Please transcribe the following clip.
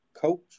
coach